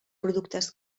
productes